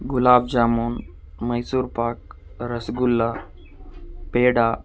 ಗುಲಾಬ್ jamun Mysore pak rasgulla peda